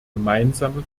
gemeinsame